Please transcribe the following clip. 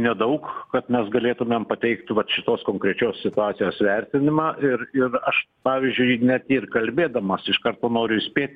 nedaug kad mes galėtumėm pateikt vat šitos konkrečios situacijos vertinimą ir ir aš pavyzdžiui net ir kalbėdamas iš karto noriu įspėt